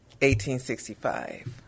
1865